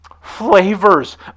flavors